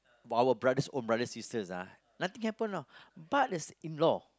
our brothers own brother sister ah nothing happen you know but there's in law